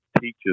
teaches